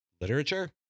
Literature